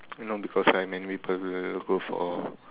you know because right many people go for